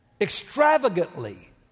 Extravagantly